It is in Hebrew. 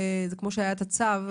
כמו שהיה צו?